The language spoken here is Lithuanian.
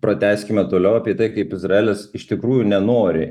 pratęskime toliau apie tai kaip izraelis iš tikrųjų nenori